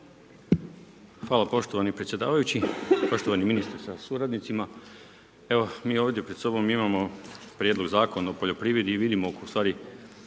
Hvala poštovani predsjedavajući. Poštovani ministre sa suradnicima, evo mi ovdje pred sobom imamo Prijedlog Zakona o poljoprivredi i vidimo u stvari